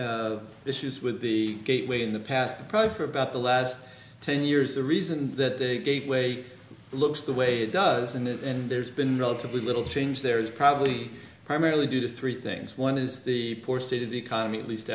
in issues with the gateway in the past probably for about the last ten years the reason that gateway looks the way it does and there's been relatively little change there is probably primarily due to three things one is the poor state of the economy at least